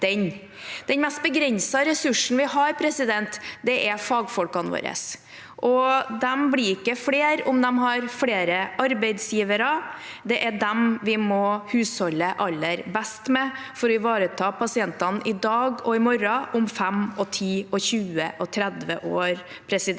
Den mest begrensede ressursen vi har, er fagfolkene våre, og de blir ikke flere om de har flere arbeidsgivere. Det er dem vi må husholde aller best med for å ivareta pasientene i dag og i morgen og om fem, ti, tjue og tretti år. Derfor